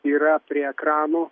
yra prie ekranų